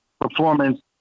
performance